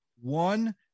one